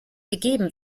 gegeben